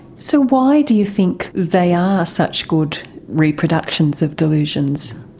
so why do you think they are such good reproductions of delusions?